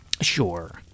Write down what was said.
sure